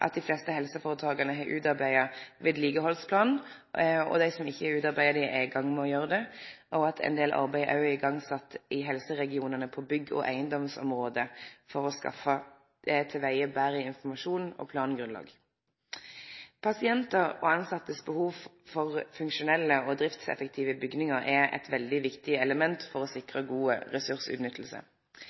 at dei fleste helseføretaka har utarbeidd vedlikehaldsplan, og dei som ikkje har utarbeidd det, er i gang med å gjere det, og at ein del arbeid òg er sett i gang i helseregionane på bygg- og eigedomsområdet for å få betre informasjons- og plangrunnlag. Pasientar og tilsette sitt behov for funksjonelle og driftseffektive bygningar er eit veldig viktig element for å sikre